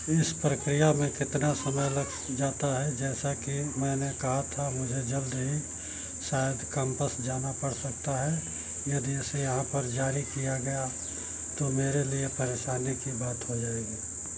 इस प्रक्रिया में कितना समय लग जाता है जैसा कि मैंने कहा था मुझे जल्द ही शायद कैम्पस जाना पड़ सकता है यदि इसे यहाँ पर जारी किया गया तो मेरे लिए परेशानी की बात हो जाएगी